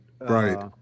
right